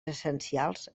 essencials